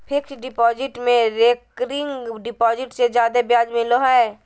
fixed deposit में recurring deposit से जादे ब्याज मिलो हय